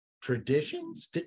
Traditions